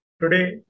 Today